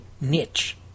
niche